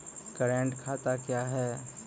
Current खाता क्या हैं?